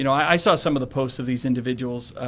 you know i saw some of the posts of these individuals,